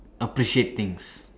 appreciate things